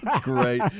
Great